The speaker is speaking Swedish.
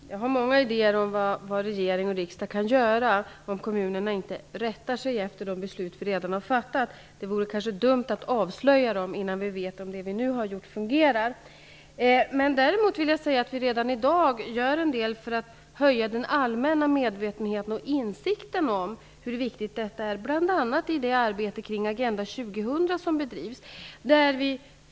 Herr talman! Jag har många idéer om vad regering och riksdag kan göra om kommunerna inte rättar sig efter de beslut vi redan har fattat. Det vore kanske dumt att avslöja idéerna innan vi vet om de åtgärder vi nu har vidtagit fungerar. Däremot vill jag säga att vi redan i dag gör en del för att höja den allmänna medvetenheten och insikten om hur viktigt det här är. Det gör vi bl.a. i det arbete som bedrivs kring Agenda 2000.